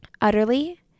utterly